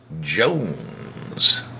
Jones